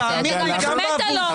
אתה יודע טוב מאוד,